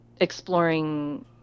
exploring